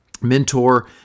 mentor